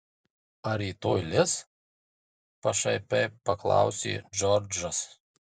ar rytoj lis pašaipiai paklausė džordžas